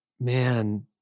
man